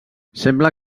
sembla